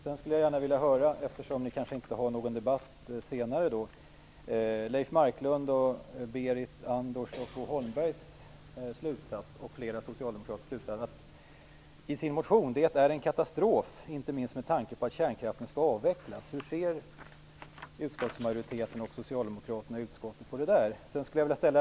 Leif Marklund, Berit Andnor och Bo Holmberg m.fl. drar i sin motion slutsatsen att det blir en katastrof, inte minst med tanke på att kärnkraften skall avvecklas. Hur ser utskottsmajoriteten och socialdemokraterna i utskottet på det?